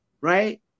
right